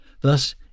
Thus